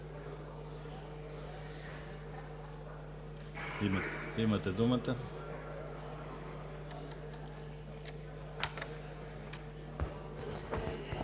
имате думата.